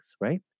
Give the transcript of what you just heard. right